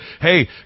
hey